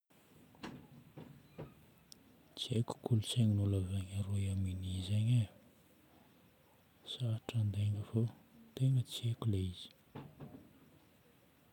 Tsy haiko kolontsain'ny olo avy any Royaume-Uni zagny e. Sarotro handainga fô tegna tsy haiko ilay izy.